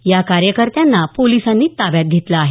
या कार्यकर्त्यांना पोलिसांनी ताब्यात घेतलं आहे